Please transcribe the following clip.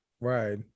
Right